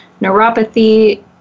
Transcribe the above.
neuropathy